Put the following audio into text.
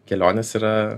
kelionės yra